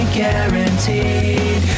guaranteed